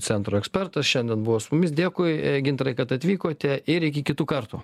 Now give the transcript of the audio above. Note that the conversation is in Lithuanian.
centro ekspertas šiandien buvo su mumis dėkui gintarai kad atvykote ir iki kitų kartų